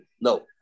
no